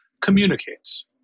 communicates